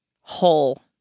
whole